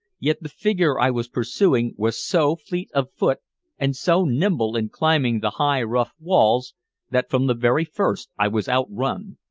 yet the figure i was pursuing was so fleet of foot and so nimble in climbing the high rough walls that from the very first i was outrun.